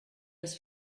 das